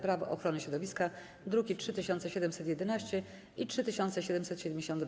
Prawo ochrony środowiska, druki nr 3711 i 3772.